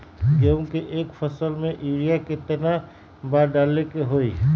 गेंहू के एक फसल में यूरिया केतना बार डाले के होई?